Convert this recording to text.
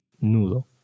Nudo